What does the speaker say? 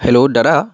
hello দাদা